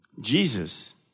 Jesus